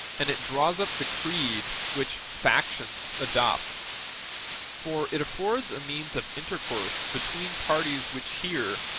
and it draws up the creed which factions adopt for it affords a means of intercourse between parties which hear,